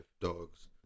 dogs